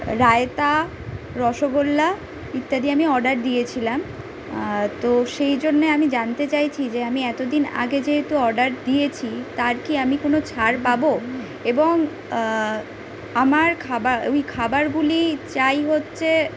রায়তা রসগোল্লা ইত্যাদি আমি অর্ডার দিয়েছিলাম তো সেই জন্যে আমি জানতে চাইছি যে আমি এতোদিন আগে যেহেতু অর্ডার দিয়েছি তার কি আমি কোনো ছাড় পাবো এবং আমার খাবার ওই খাবারগুলি চাই হচ্ছে